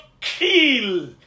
kill